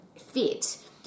fit